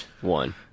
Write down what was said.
one